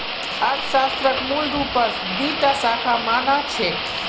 अर्थशास्त्रक मूल रूपस दी टा शाखा मा न छेक